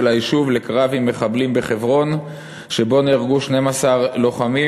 היישוב לקרב עם מחבלים בחברון שבו נהרגו 12 לוחמים,